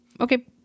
Okay